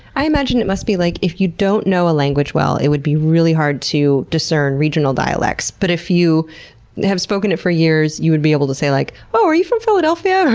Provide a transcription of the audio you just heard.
i imagine it must be like if you don't know a language well it would be really hard to discern regional dialects. but if you have spoken it for years you would be able to say like, oh, are you from philadelphia?